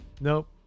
Nope